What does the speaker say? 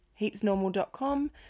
heapsnormal.com